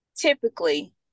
Typically